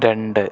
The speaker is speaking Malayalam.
രണ്ട്